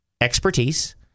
expertise